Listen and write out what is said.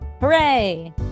Hooray